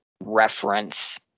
reference